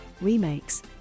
remakes